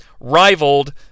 rivaled